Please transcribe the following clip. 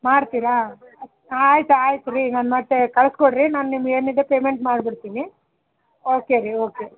ಮಾಡ್ತೀರಾ ಆಂ ಆಯ್ತು ಆಯ್ತು ರೀ ನಾನು ಮತ್ತೆ ಕಳಿಸ್ಕೊಡ್ರಿ ನಾನು ನಿಮ್ಗೆ ಏನಿದೆ ಪೇಮೆಂಟ್ ಮಾಡ್ಬಿಡ್ತೀನಿ ಓಕೆ ರೀ ಓಕೆ